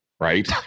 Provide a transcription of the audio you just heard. right